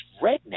redneck